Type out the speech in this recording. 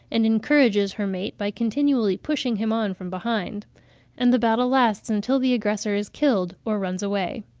and encourages her mate by continually pushing him on from behind and the battle lasts until the aggressor is killed or runs away.